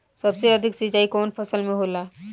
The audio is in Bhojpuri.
सबसे अधिक सिंचाई कवन फसल में होला?